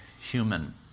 human